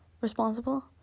responsible